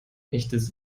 echtes